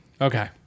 Okay